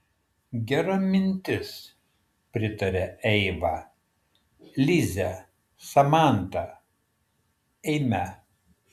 gera mintis pritarė eiva lize samanta eime